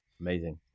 Amazing